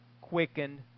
quickened